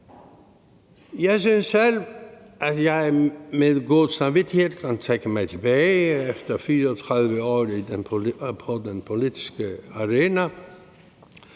Jeg synes selv, at jeg med god samvittighed kan trække mig tilbage efter 34 år på den politiske arena.